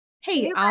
Hey